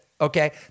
Okay